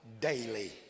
daily